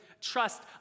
trust